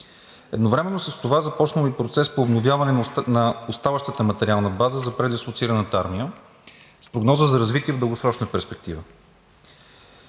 Едновременно с това е започнал и процес по обновяване на оставащата материална база за предислоцираната армия с прогноза за развитие в дългосрочна перспектива.